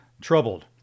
troubled